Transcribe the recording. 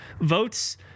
votes